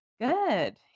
good